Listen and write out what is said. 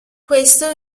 questo